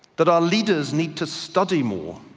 that our leaders need to study more.